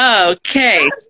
Okay